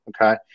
okay